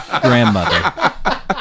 grandmother